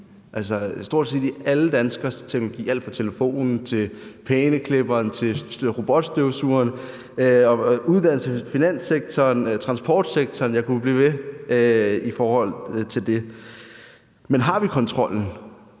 er i stort set alle danskeres teknologi; det er i alt fra telefonen til plæneklipperen og til robotstøvsugeren og i uddannelses- og finanssektoren og transportsektoren. Jeg kunne blive ved i forhold til de ting. Men har vi kontrollen?